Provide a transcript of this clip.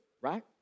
Right